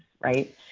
right